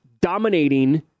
dominating